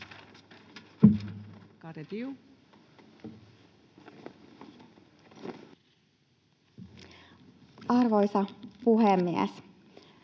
jatkuu. Arvoisa puhemies!